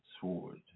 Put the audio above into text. sword